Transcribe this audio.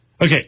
Okay